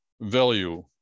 value